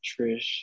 Trish